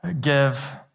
give